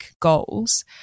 goals